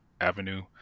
Avenue